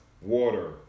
water